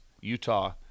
Utah –